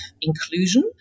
inclusion